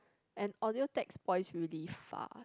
and audio tech spoils really fast